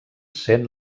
sent